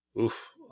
Oof